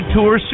Tour